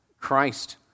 Christ